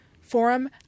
forum